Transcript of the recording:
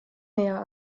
näher